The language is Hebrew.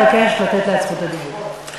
אבקש לתת לה את רשות הדיבור.